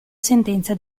sentenza